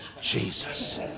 Jesus